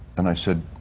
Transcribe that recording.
and i said,